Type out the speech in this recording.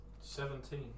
Seventeen